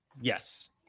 Yes